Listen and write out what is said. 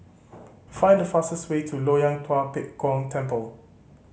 find the fastest way to Loyang Tua Pek Kong Temple